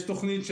יש תוכנית,